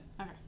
Okay